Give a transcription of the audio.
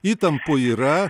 įtampų yra